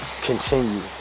continue